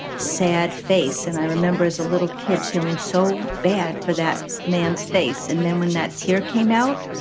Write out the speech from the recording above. sad face, and i remember, as a little kid, feeling so bad for that man's face. and then when that tear came out,